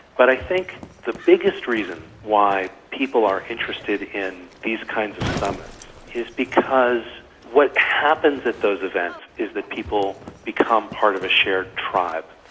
but i think the biggest reason why people are interested in these kinds of summits is because what happens at those events is that people become part of a shared tribe.